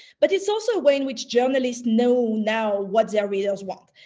but it's also a way in which journalists know now what their readers want.